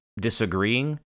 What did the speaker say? disagreeing